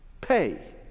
pay